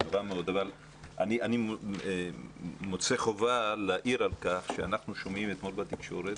אבל אני מוצא חובה להעיר על כך שאנחנו שומעים אתמול בתקשורת,